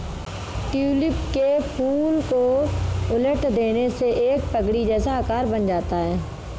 tulip के फूल को उलट देने से एक पगड़ी जैसा आकार बन जाता है